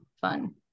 fun